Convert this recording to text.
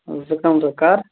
زٕ کَمرٕ کَر